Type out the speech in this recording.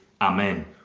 amen